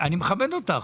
אני מכבד אותך.